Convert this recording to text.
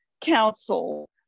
Council